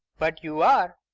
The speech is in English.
but you are.